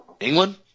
England